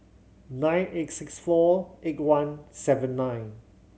nine eight six four eight one seven nine